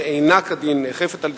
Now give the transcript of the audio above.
1. מדוע התנהלות שאינה כדין נאכפת על-ידי